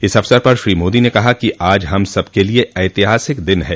इस अवसर पर श्री मोदी ने कहा कि आज हम सबके लिए ऐतिहासिक दिन है